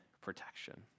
protection